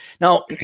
Now